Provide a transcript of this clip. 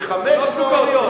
ו-500,